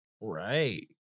right